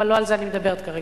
אבל לא על זה אני מדברת כרגע,